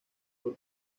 por